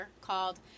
called